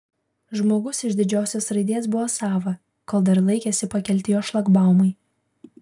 žmogus iš didžiosios raidės buvo sava kol dar laikėsi pakelti jo šlagbaumai